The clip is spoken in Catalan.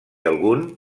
algun